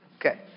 Okay